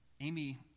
Amy